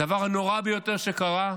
הדבר הנורא ביותר שקרה,